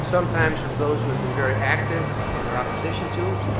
sometimes from those who have been very active in their opposition to,